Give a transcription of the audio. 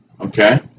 Okay